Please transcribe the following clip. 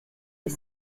est